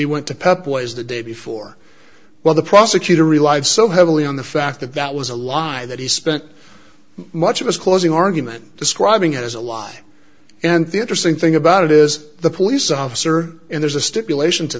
he went to pep boys the day before well the prosecutor relied so heavily on the fact that that was a line that he spent much of his closing argument describing it as a lie and the interesting thing about it is the police officer and there's a stipulation to